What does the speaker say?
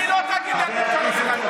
היא לא תגיד: אל תתקרב אליי.